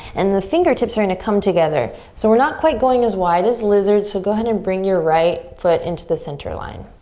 and the fingertips are gonna come together. so we're not quite going as wide as lizards. so go ahead and bring your right foot into the center line.